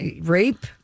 rape